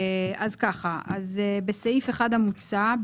בסעיף 1 המוצע,